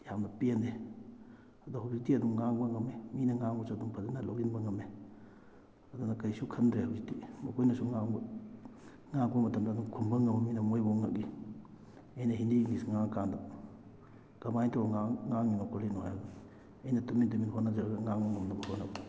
ꯌꯥꯝꯅ ꯄꯦꯟꯗꯦ ꯑꯗꯣ ꯍꯧꯖꯤꯛꯇꯤ ꯑꯗꯨꯝ ꯉꯥꯡꯕ ꯉꯝꯃꯦ ꯃꯤꯅ ꯉꯥꯡꯕꯁꯨ ꯑꯗꯨꯝ ꯐꯖꯅ ꯂꯧꯁꯤꯟꯕ ꯉꯝꯃꯦ ꯑꯗꯨꯅ ꯀꯔꯤꯁꯨ ꯈꯟꯗ꯭ꯔꯦ ꯍꯧꯖꯤꯛꯇꯤ ꯃꯈꯣꯏꯅꯁꯨ ꯉꯥꯡꯕ ꯉꯥꯡꯉꯛꯄ ꯃꯇꯝꯗ ꯑꯗꯨꯝ ꯈꯨꯝꯕ ꯉꯝꯃꯕꯅꯤꯅ ꯃꯣꯏꯐꯧ ꯉꯛꯏ ꯑꯩꯅ ꯍꯤꯟꯗꯤ ꯏꯪꯂꯤꯁ ꯉꯥꯡꯉꯛꯀꯥꯟꯗ ꯀꯃꯥꯏꯅ ꯇꯧꯔ ꯉꯥꯡꯉꯤꯅꯣ ꯈꯣꯠꯂꯤꯅꯣ ꯍꯥꯏꯅ ꯑꯩꯅ ꯇꯨꯃꯤꯟ ꯇꯨꯃꯤꯟ ꯍꯣꯠꯅꯖꯔꯒ ꯉꯥꯡꯕ ꯉꯝꯅꯕ ꯍꯣꯠꯅꯕꯅꯤ